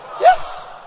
Yes